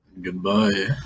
Goodbye